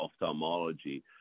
ophthalmology